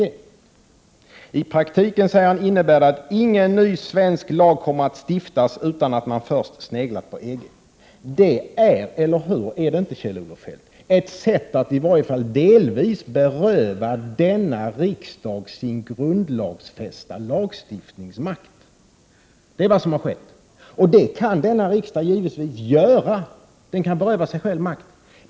Han säger: ”I praktiken innebär det att ingen ny svensk lag kommer att stiftas, utan att man först sneglat på EG.” Detta är — eller hur, Kjell-Olof Feldt — ett sätt att delvis beröva denna riksdag sin grundlagsfästa lagstiftningsmakt. Det kan denna riksdag givetvis göra — beröva sig själv makten.